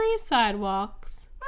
sidewalks